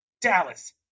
dallas